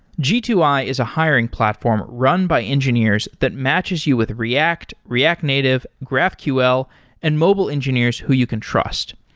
g two i is a hiring platform run by engineers that matches you with react, react native, graphql and mobile engineers who you can trust.